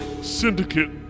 Syndicate